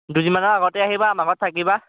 দুদিনমানৰ আগতে আহিবা আমাৰ ঘৰত থাকিবা